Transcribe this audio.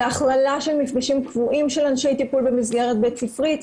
להכללה של מפגשים קבועים של אנשי טיפול במסגרת בית ספרית,